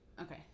Okay